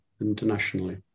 internationally